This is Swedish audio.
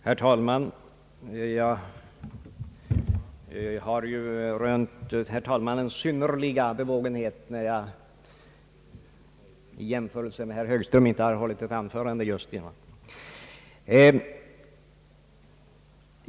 Herr talman! Jag har rönt herr talmannens synnerliga bevågenhet, eftersom jag får ta till orda trots att jag i motsats till herr Högström inte har hållit ett anförande alldeles nyligen.